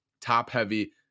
top-heavy